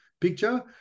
picture